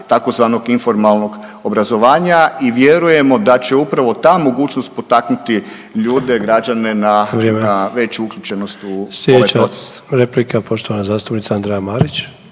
tzv. informalnog obrazovanja i vjerujemo da će upravo ta mogućnost potaknuti ljude, građane, na .../Upadica: Vrijeme./...